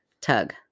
Tug